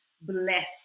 bless